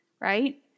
right